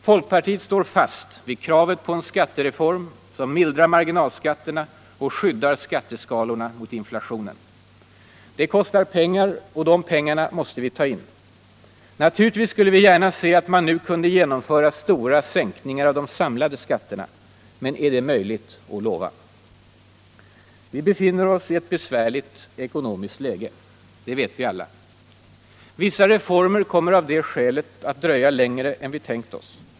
Folkpartiet står fast vid kravet på en skattereform som mildrar marginalskatterna och skyddar skatteskalorna mot inflationen. Det kostar pengar, och de pengarna måste vi ta in. Naturligtvis skulle vi gärna se att man nu kunde genomföra stora sänkningar av de samlade skatterna. Men är det möjligt att lova? Vi befinner oss i ett besvärligt ekonomiskt läge, det vet vi alla. Vissa reformer kommer av det skälet att dröja längre än vi tänkt oss.